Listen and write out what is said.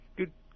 Good